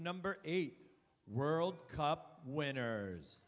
number eight world cup winners